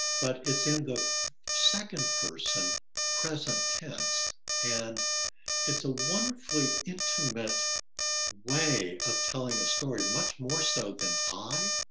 but it's in the second person present tense and it's a wonderfully intimate way of telling a story much more so than i.